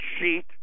sheet